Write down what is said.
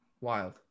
wild